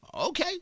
okay